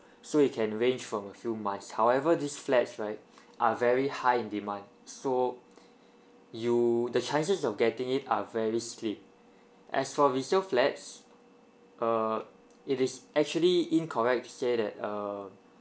so it can range from a few months however this flats right are very high in demand so you the chances of getting it are very slim as for resale flats err it is actually incorrect to say that err